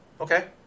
Okay